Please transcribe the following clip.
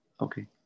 okay